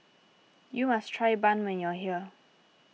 you must try Bun when you are here